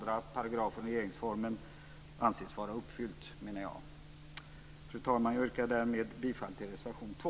Jag yrkar därmed på godkännande av anmälan i reservation nr 2.